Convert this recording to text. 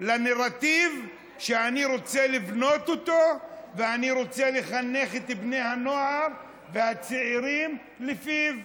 לנרטיב שאני רוצה לבנות ואני רוצה לחנך את בני הנוער והצעירים לפיו.